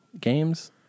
games